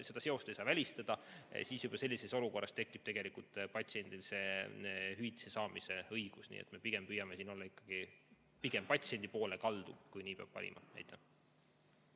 seda seost ei saa välistada. Juba sellises olukorras tekib patsiendil hüvitise saamise õigus. Nii et me püüame siin olla ikkagi pigem patsiendi poole kaldu, kui nii peab valima.